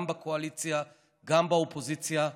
גם בקואליציה וגם באופוזיציה: